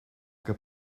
que